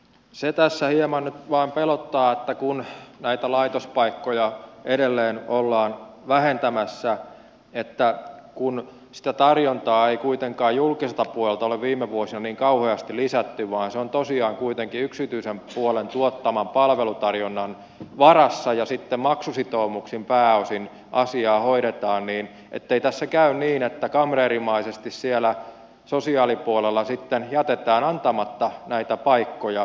se tässä hieman nyt vain pelottaa kun näitä laitospaikkoja edelleen ollaan vähentämässä ja kun sitä tarjontaa ei kuitenkaan julkiselta puolelta ole viime vuosina niin kauheasti lisätty vaan se on tosiaan kuitenkin yksityisen puolen tuottaman palvelutarjonnan varassa ja sitten maksusitoumuksin pääosin asiaa hoidetaan ettei tässä kävisi niin että kamreerimaisesti siellä sosiaalipuolella sitten jätetään antamatta näitä paikkoja